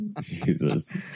Jesus